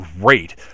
great